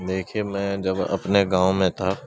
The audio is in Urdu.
دیکھیے میں جب اپنے گاؤں میں تھا